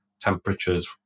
temperatures